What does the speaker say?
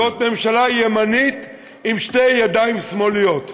זאת ממשלה ימנית עם שתי ידיים שמאליות.